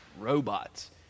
robots